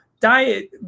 diet